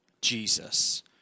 Jesus